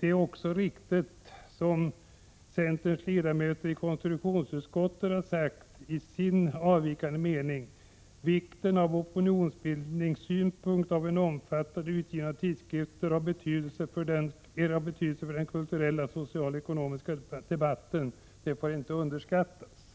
Det är också riktigt som centerns ledamöter i konstitutionsutskottet har sagt i sin avvikande mening: ”Vikten från opinionsbildningssynpunkt av en omfattande utgivning av tidskrifter av betydelse för den kulturella, sociala och ekonomiska debatten får inte underskattas.”